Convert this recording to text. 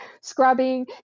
scrubbing